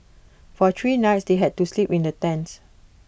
for three nights they had to sleep in the tents